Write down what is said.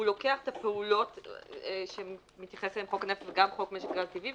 הוא לוקח את הפעולות שמתייחס אליהן חוק הנפט וגם חוק משק הגז הטבעי,